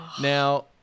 Now